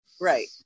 Right